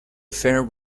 affair